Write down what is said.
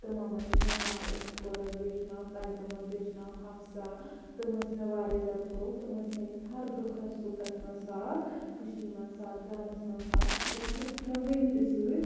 تِمَن مَنٛز چھ ناو أکِس قُرَت بییِس چھُ ناو تَجَمُل بیٚیِس چھُ ناو ہَفسا تِم ٲسۍ مےٚ واریاہ زیاد کلوز تم ٲسۍ میٲنِس ہر دُکھَس سُکھَس مَنٛز ساتھ خوشی مَنٛز ساتھ غَمَس مَنٛز ساتھ تہٕ اِوٕن تِم چھِ مےٚ ونتہِ سۭتۍ